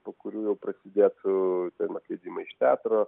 po kurių jau prasidėtų atleidimai iš teatro